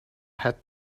had